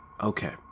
okay